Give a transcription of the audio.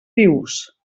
vius